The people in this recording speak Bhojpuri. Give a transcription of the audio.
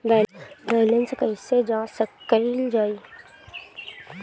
बैलेंस कइसे जांच कइल जाइ?